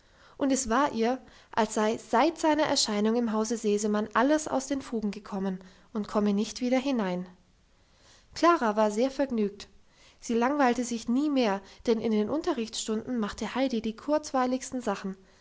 und es war ihr als sei seit seiner erscheinung im hause sesemann alles aus den fugen gekommen und komme nicht wieder hinein klara war sehr vergnügt sie langweilte sich nie mehr denn in den unterrichtsstunden machte heidi die kurzweiligsten sachen